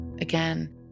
again